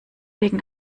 wegen